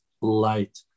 light